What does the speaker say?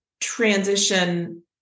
transition